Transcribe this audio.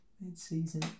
mid-season